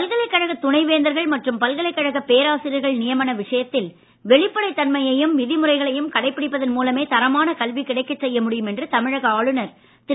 பல்கலைக்கழக துணைவேந்தர்கள் மற்றும் பல்கலைக்கழக பேராசிரியர்கள் நியமன விஷயத்தில் வெளிப்படைத் தன்மையையும் விதிமுறைகளையும் கடைபிடிப்பதன் மூலமே தரமான கல்வி கிடைக்கச் செய்ய முடியும் என்று தமிழக ஆளுநர் திரு